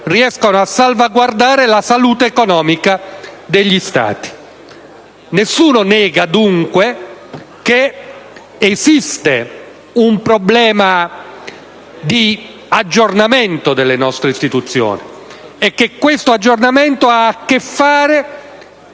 a salvaguardare la salute economica degli Stati. Nessuno nega, dunque, che esista un problema di aggiornamento delle nostre istituzioni e che tale aggiornamento abbia a che fare